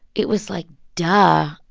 it was like, duh.